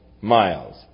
miles